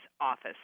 office